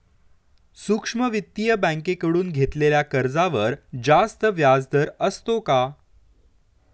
सूक्ष्म वित्तीय बँकेकडून घेतलेल्या कर्जावर जास्त व्याजदर असतो का?